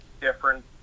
different